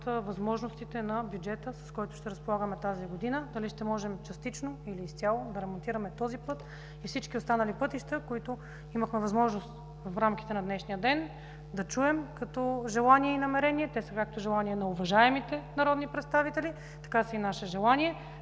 възможностите на бюджета, с който ще разполагаме тази година. Дали ще можем частично, или изцяло да ремонтираме пътя и всички останали пътища, за които имахме възможност да чуем в рамките на днешният ден като желание и намерение – те са както желание и намерение на уважаемите народни представители, но така са и наше желание.